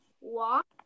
Walk